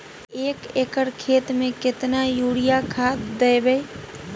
एक एकर खेत मे केतना यूरिया खाद दैबे?